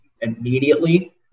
immediately